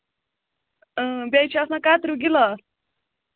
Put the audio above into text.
اۭں بیٚیہِ چھِ آسان کَتریو گِلاس